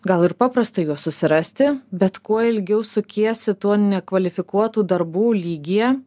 gal ir paprasta juos susirasti bet kuo ilgiau sukiesi tuo nekvalifikuotų darbų lygyje